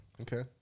Okay